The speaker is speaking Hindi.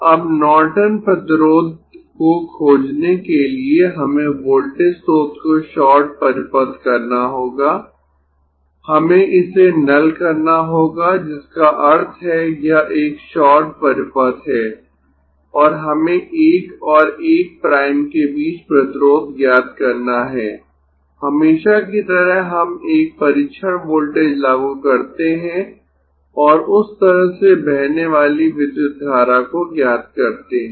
अब नॉर्टन प्रतिरोध को खोजने के लिए हमें वोल्टेज स्रोत को शॉर्ट परिपथ करना होगा हमें इसे नल करना होगा जिसका अर्थ है यह एक शॉर्ट परिपथ है और हमें 1 और 1 प्राइम के बीच प्रतिरोध ज्ञात करना है हमेशा की तरह हम एक परीक्षण वोल्टेज लागू करते है और उस तरह से बहने वाली विद्युत धारा को ज्ञात करते है